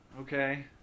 Okay